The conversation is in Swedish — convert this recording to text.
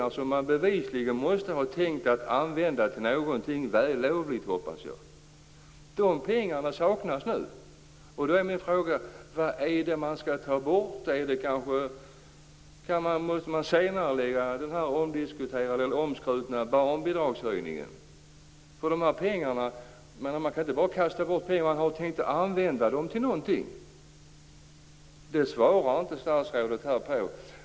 Det är pengar som man måste ha tänkt använda till något vällovligt, hoppas jag. De pengarna saknas nu. Då är min fråga: Vad är det man skall ta bort? Måste man senarelägga den omskrutna barnbidragshöjningen? Man kan inte bara kasta bort pengar som man har tänkt använda till någonting. Det svarar inte statsrådet på.